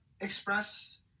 express